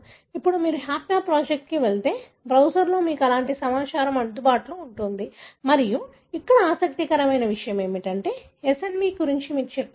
ఇప్పుడు మీరు హ్యాప్మ్యాప్ ప్రాజెక్ట్కి వెళితే బ్రౌజర్లో మీకు అలాంటి సమాచారం అందుబాటులో ఉంటుంది మరియు ఇక్కడ ఆసక్తికరమైన విషయం ఏమిటంటే SNP గురించి మీకు చెప్పేది ఇదే